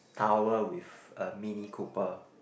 tower with a Mini Cooper